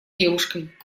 девушкой